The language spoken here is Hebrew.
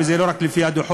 וזה לא רק לפי הדוחות,